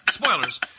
Spoilers